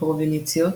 הפרובינציות